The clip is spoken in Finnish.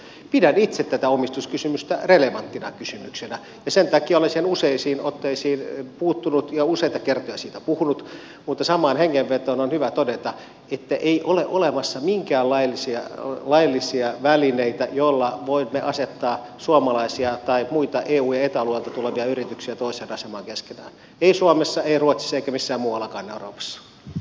pidän itse tätä omistuskysymystä relevanttina kysymyksenä ja sen takia olen siihen useaan otteeseen puuttunut ja useita kertoja siitä puhunut mutta samaan hengenvetoon on hyvä todeta että ei ole olemassa minkäänlaisia laillisia välineitä joilla voimme asettaa suomalaisia tai muita eu ja eta alueelta tulevia yrityksiä eri asemaan keskenään ei suomessa ei ruotsissa eikä missään muuallakaan euroopassa